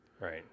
Right